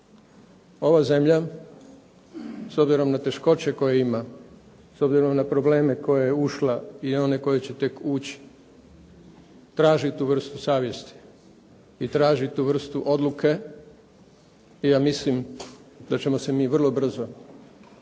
Ova zemlja, s obzirom na teškoće koje ima, s obzirom na probleme koje je ušla i one koje će tek ući, traži tu vrstu savjesti i traži tu vrstu odluke. Ja mislim da ćemo se mi vrlo brzo naći